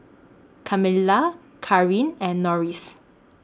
Kamilah Kareen and Norris